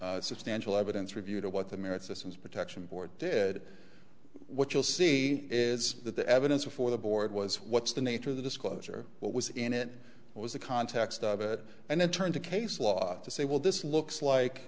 its substantial evidence review to what the merits of his protection board did what you'll see is that the evidence before the board was what's the nature of the disclosure what was in it was the context of it and it turned a case law to say well this looks like